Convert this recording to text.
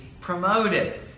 promoted